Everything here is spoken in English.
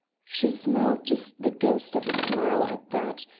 she smiled just the ghost of a smile at that,